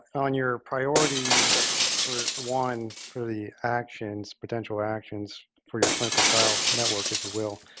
on your priority for one for the actions potential actions for your clinical trial network, if you will,